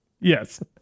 Yes